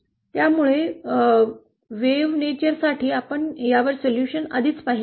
त्यामुळे लाटेच्या निसर्गा साठी आपण यावर सोल्यूशन्स आधीच पाहिला आहे